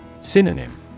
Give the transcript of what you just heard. Synonym